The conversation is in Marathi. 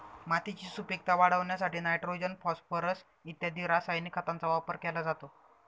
मातीची सुपीकता वाढवण्यासाठी नायट्रोजन, फॉस्फोरस इत्यादी रासायनिक खतांचा वापर केला जातो